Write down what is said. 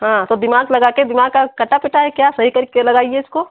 हाँ तो दिमाग लगा के दिमाग क्या कटा पिटा है क्या सही करके लगाईए इसको